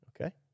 Okay